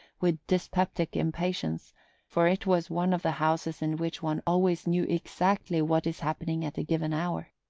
with dyspeptic impatience for it was one of the houses in which one always knew exactly what is happening at a given hour.